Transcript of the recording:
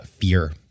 fear